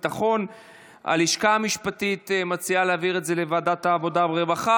ולהצביע על חוק קליטת חיילים משוחררים.